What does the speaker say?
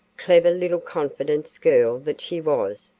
clever little confidence girl that she was,